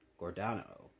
Gordano